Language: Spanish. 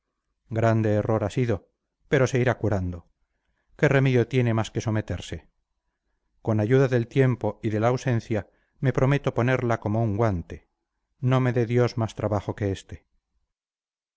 grande error ha sido pero se irá curando qué remedio tiene más que someterse con ayuda del tiempo y de la ausencia me prometo ponerla como un guante no me dé dios más trabajo que este